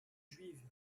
juive